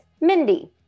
Mindy